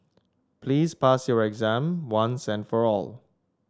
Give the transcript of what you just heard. please pass your exam once and for all